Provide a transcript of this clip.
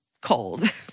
cold